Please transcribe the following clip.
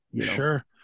Sure